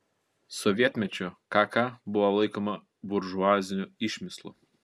sovietmečiu kk buvo laikoma buržuaziniu išmislu